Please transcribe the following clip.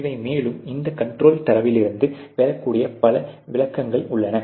இவை மேலும் இந்தக் கண்ட்ரோல் தரவிலிருந்து பெறக்கூடிய பல விளக்கங்கள் உள்ளன